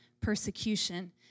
persecution